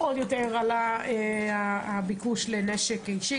עוד יותר עלה הביקוש לנשק אישי,